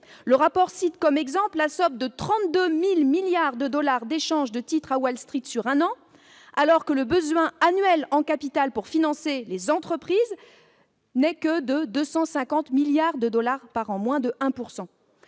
Le rapport cite, à titre d'exemple, la somme de 32 000 milliards de dollars d'échanges de titres à Wall Street sur un an, alors que le besoin annuel de financement des entreprises n'est que de 250 milliards de dollars par an, soit moins de 1